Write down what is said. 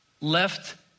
left